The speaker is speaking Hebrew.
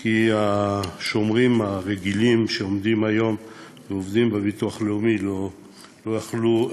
כי השומרים הרגילים שעומדים היום ועובדים בביטוח הלאומי לא יכלו,